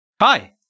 Hi